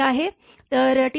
तर t 5